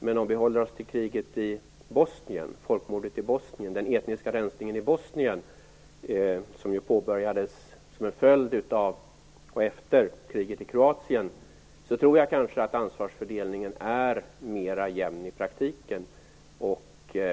Men om vi håller oss till kriget och folkmordet i Bosnien, den etniska rensningen i Bosnien, som påbörjades som en följd av och efter kriget i Kroatien tror jag kanske att ansvarsfördelningen i praktiken är mer jämn.